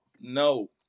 no